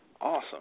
Awesome